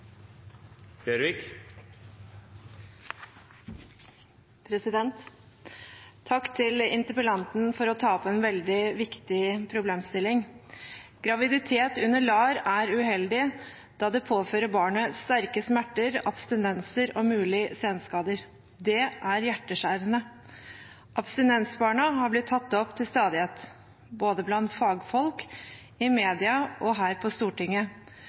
uheldig, da det påfører barnet sterke smerter, abstinenser og mulige senskader. Det er hjerteskjærende. Abstinensbarna har blitt tatt opp til stadighet, både blant fagfolk, i media og her på Stortinget.